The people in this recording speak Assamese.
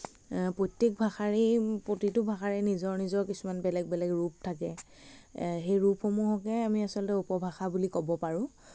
প্ৰত্যেক ভাষাৰে প্ৰতিটো ভাষাৰে নিজৰ নিজৰ কিছুমান বেলেগ বেলেগ ৰূপ থাকে সেই ৰূপসমূহকে আমি আচলতে উপভাষা বুলি ক'ব পাৰোঁ